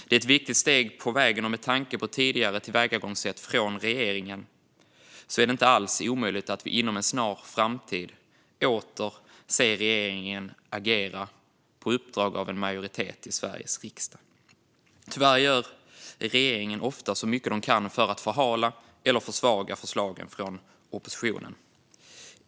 Det är ett viktigt steg på vägen, och med tanke på tidigare tillvägagångssätt från regeringen är det inte alls omöjligt att vi inom en snar framtid åter ser regeringen agera på uppdrag av en majoritet i Sveriges riksdag. Tyvärr gör regeringen ofta så mycket den kan för att förhala eller försvaga förslag från oppositionen.